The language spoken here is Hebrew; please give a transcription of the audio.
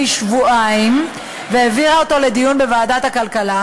שבועיים והעבירה אותו לדיון בוועדת הכלכלה,